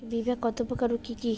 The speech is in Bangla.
বীমা কত প্রকার ও কি কি?